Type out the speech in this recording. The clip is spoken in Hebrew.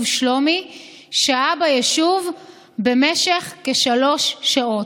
שלומי שהה ביישוב במשך כשלוש שעות.